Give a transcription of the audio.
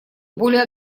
более